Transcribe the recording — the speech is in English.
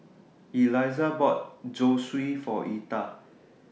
Elyssa bought Zosui For Etha